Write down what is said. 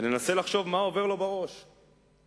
אני מנסה לחשוב מה עובר לו בראש דקה-דקה.